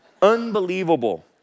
Unbelievable